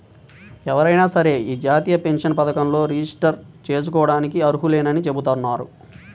ఎవరైనా సరే యీ జాతీయ పెన్షన్ పథకంలో రిజిస్టర్ జేసుకోడానికి అర్హులేనని చెబుతున్నారు